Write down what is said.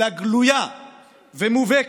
אלא גלויה ומובהקת,